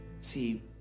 See